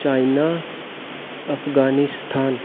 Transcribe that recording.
China Afghanistan